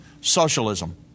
socialism